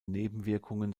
nebenwirkungen